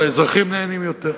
אבל האזרחים נהנים יותר.